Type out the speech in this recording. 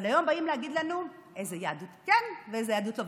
אבל היום באים להגיד לנו איזה יהדות כן ואיזה יהדות לא.